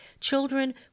children